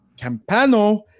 Campano